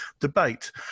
debate